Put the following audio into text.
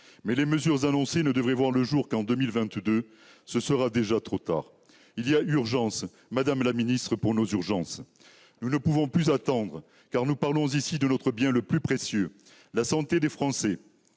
Mais les mesures annoncées ne devraient voir le jour qu'en 2022 : ce sera déjà trop tard ! Il y a urgence, madame la ministre, pour nos urgences ! Nous ne pouvons plus attendre, car nous parlons ici de notre bien le plus précieux, la santé des Français,